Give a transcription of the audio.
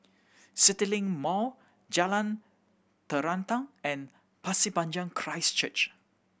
CityLink Mall Jalan Terentang and Pasir Panjang Christ Church